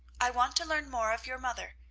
i want to learn more of your mother,